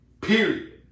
period